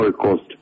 Coast